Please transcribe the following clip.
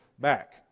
back